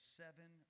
seven